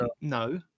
No